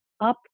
up